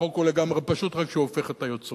החוק הוא לגמרי פשוט, רק שהוא הופך את היוצרות.